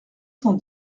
cent